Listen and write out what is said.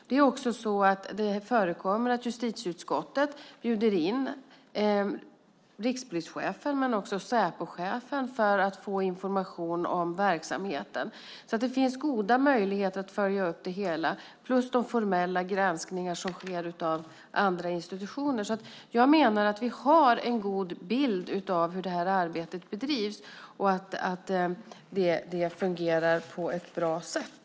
Det förekommer också att justitieutskottet bjuder in rikspolischefen men också Säpochefen för att få information om verksamheten. Det finns alltså goda möjligheter att följa upp det hela, också genom de formella granskningar som sker av andra institutioner. Jag menar att vi har en god bild av hur det här arbetet bedrivs och att det fungerar på ett bra sätt.